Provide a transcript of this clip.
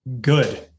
good